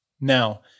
Now